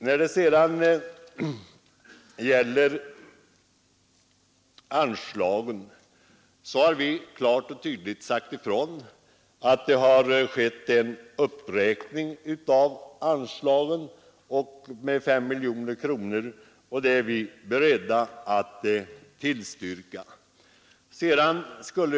När det gäller anslagen har vi klart och tydligt sagt ifrån att det skett en uppräkning med 5 miljoner kronor och att vi är beredda att tillstyrka denna.